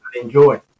enjoy